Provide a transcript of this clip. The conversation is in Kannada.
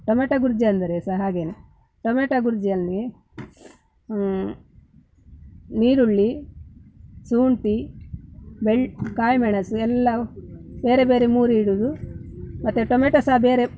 ಟೊಮೆಟೋ ಗುರ್ಜಿ ಅಂದರೆ ಸಹ ಹಾಗೆಯೇ ಟೊಮೆಟೋ ಗುರ್ಜಿಯಲ್ಲಿ ನೀರುಳ್ಳಿ ಶುಂಠಿ ಬೆಳ್ ಕಾಯಿ ಮೆಣಸು ಎಲ್ಲ ಬೇರೆ ಬೇರೆ ಮೂರಿಡೋದು ಮತ್ತು ಟೊಮೆಟೊ ಸಹ ಬೇರೆ